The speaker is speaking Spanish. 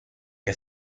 que